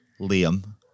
Liam